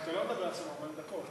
אבל אתה לא מדבר עכשיו 40 דקות.